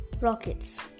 rockets